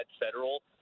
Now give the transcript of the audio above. federal